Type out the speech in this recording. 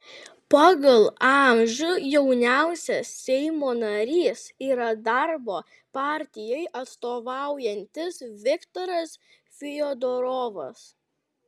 pagal amžių jauniausias seimo narys yra darbo partijai atstovaujantis viktoras fiodorovas